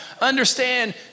understand